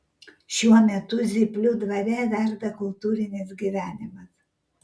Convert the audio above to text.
šiuo metu zyplių dvare verda kultūrinis gyvenimas